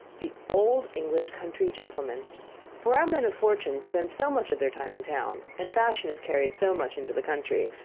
the old english country gentleman for our men of fortune spend so much of their time in town, and fashion is carried so much into the country,